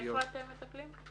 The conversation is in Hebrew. איפה אתם מטפלים?